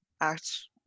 act